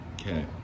Okay